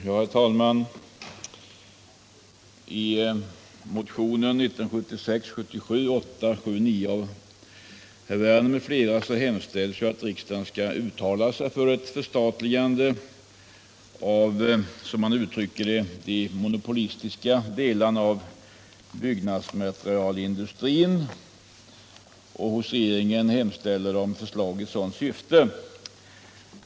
Herr talman! I motionen 1976/77:879 av herr Werner m.fl. hemställs att riksdagen skall uttala sig för ett förstatligande av, som motionärerna uttrycker det, de monopolistiska delarna av byggnadssektorn och hos regeringen hemställa om förslag i sådant syfte.